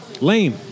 Lame